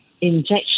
injection